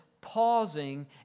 pausing